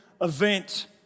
event